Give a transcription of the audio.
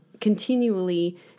continually